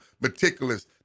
meticulous